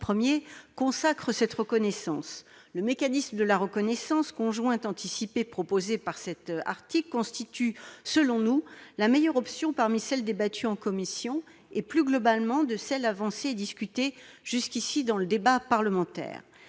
de loi consacre cette reconnaissance. Le mécanisme de la reconnaissance conjointe anticipée constitue, selon nous, la meilleure option parmi celles débattues en commission spéciale et, plus globalement, parmi celles avancées et discutées jusqu'ici dans le débat parlementaire.